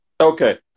okay